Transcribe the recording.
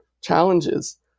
challenges